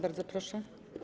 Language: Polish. Bardzo proszę.